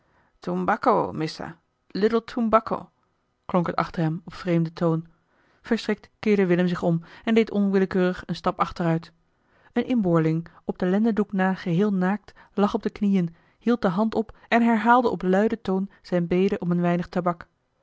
missa little toembakko klonk het achter hem op vreemden toon verschrikt keerde willem zich om en deed onwillekeurig een stap achteruit een inboorling op den lendendoek na geheel naakt lag op de knieën hield de hand op en herhaalde op luiden toon zijne bede om een weinig tabak